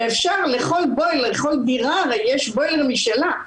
ולכל דירה הרי יש בוילר משלה.